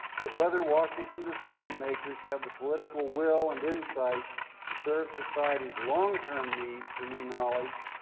but whether washington decision-makers have the political will and insight to serve society's long-term need for new knowledge,